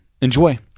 Enjoy